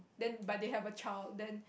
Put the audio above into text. then but they have a child then